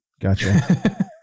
Gotcha